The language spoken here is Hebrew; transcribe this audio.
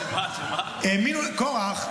הם האמינו לקרח.